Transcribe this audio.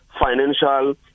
financial